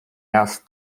raz